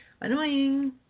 Annoying